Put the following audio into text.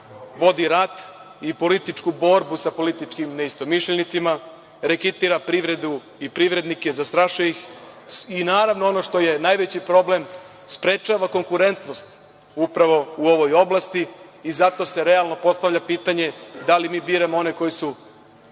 vodi rat i političku borbu sa političkim neistomišljenicima, reketira privredu i privrednike, zastrašuje ih, naravno, ono što je najveći problem, sprečava konkurentnost upravo u ovoj oblasti i zato se realno postavlja pitanje – da li mi biramo one koji su